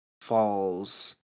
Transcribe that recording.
falls